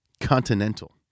Continental